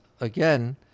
again